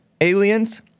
aliens